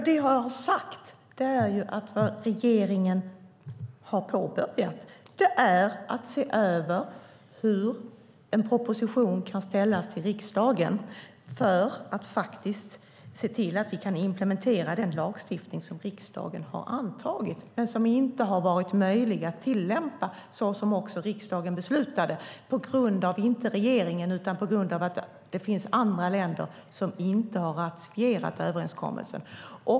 Det jag har sagt är att regeringen har börjat se över om en proposition kan läggas fram för riksdagen för att implementera den lagstiftning som riksdagen har antagit men som inte har varit möjlig att tillämpa såsom riksdagen beslutade - inte på grund av regeringen utan på grund av att det finns andra länder som inte har ratificerat överenskommelsen.